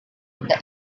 the